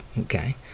okay